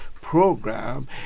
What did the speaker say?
program